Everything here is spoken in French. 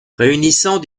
réunissant